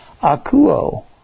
akuo